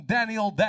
Daniel